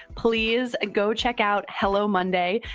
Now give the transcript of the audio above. please go check out hello monday.